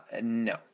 no